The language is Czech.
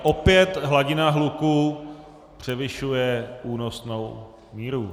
Opět hladina hluku převyšuje únosnou míru.